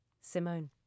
Simone